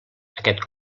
aquest